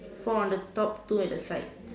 four on the top two at the side